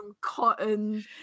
cotton